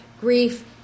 grief